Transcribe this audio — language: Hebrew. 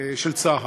של צה"ל.